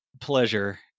pleasure